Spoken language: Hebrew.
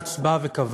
בג"ץ בא וקבע,